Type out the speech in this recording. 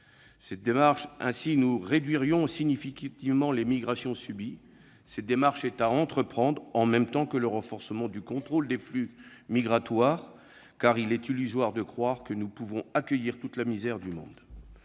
Cette démarche est à entreprendre en même temps que le renforcement du contrôle des flux migratoires à nos frontières, car il est illusoire de croire que nous pouvons accueillir toute la misère du monde.